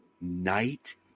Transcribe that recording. night